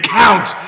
count